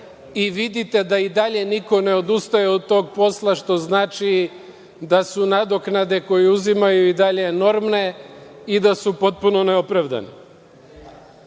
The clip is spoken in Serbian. Vidite da i dalje niko ne odustaje od tog posla, što znači da su nadoknade koje uzimaju i dalje enormne i da su potpuno neopravdane. Što